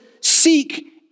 Seek